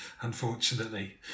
unfortunately